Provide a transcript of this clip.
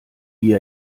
wie